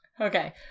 Okay